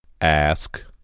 Ask